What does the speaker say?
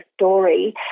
story